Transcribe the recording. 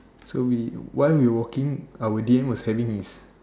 so we while we went watching our D_M was having his